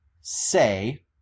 say